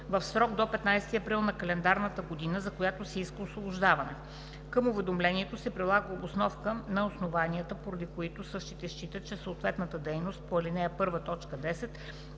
в срок до 15 април на календарната година, за която се иска освобождаване. Към уведомлението се прилага обосновка на основанията, поради които същите считат, че съответната дейност по ал. 1, т. 10